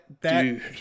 Dude